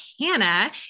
Hannah